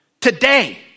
Today